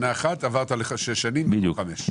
שנה אחת, עברת לשש שנים במקום חמש שנים.